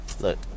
look